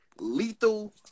lethal